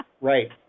Right